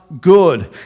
good